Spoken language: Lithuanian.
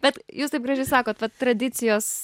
bet jūs taip gražiai sakot vat tradicijos